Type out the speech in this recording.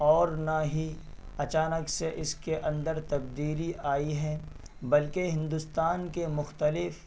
اور نہ ہی اچانک سے اس کے اندر تبدیلی آئی ہے بلکہ ہندوستان کے مختلف